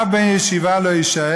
אף בן ישיבה לא יישאר.